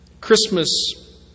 Christmas